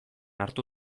hartu